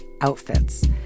outfits